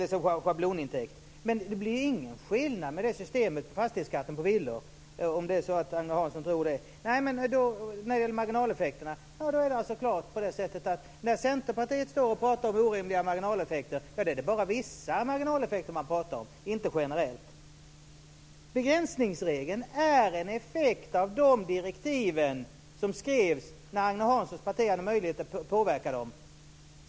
Men detta system innebär ingen skillnad vad gäller fastighetsskatten på villor, om nu Agne Hansson tror det. När Centerpartiet pratar om orimliga marginaleffekter är det bara vissa marginaleffekter man avser och inte marginaleffekter generellt. Begränsningsregeln är en effekt av de direktiv som skrevs när Agne Hanssons parti hade möjlighet att påverka.